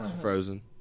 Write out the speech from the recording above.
Frozen